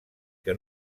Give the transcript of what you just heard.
que